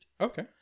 Okay